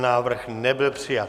Návrh nebyl přijat.